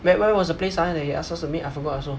wher~ where was the place ah they ask us to meet I forgot I also